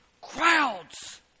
crowds